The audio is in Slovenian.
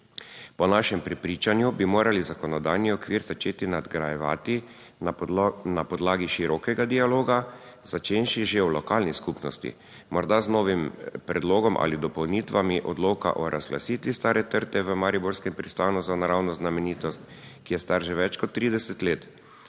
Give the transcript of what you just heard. Po našem prepričanju bi morali zakonodajni okvir začeti nadgrajevati na podlagi širokega dialoga, začenši že v lokalni skupnosti, morda z novim predlogom ali dopolnitvami odloka o razglasitvi Stare trte v mariborskem Pristanu za naravno znamenitost, ki je star že več kot 30 let,